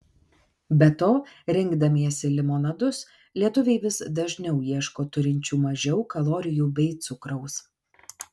be to rinkdamiesi limonadus lietuviai vis dažniau ieško turinčių mažiau kalorijų bei cukraus